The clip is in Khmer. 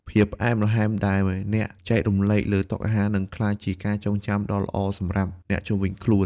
ភាពផ្អែមល្ហែមដែលអ្នកចែករំលែកលើតុអាហារ នឹងក្លាយជាការចងចាំដ៏ល្អសម្រាប់អ្នកជុំវិញខ្លួន។